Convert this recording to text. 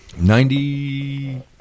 Ninety